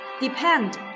Depend